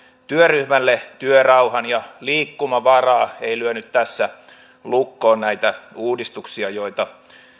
työryhmälle työrauhan ja liikkumavaraa ei lyönyt tässä lukkoon näitä uudistuksia joita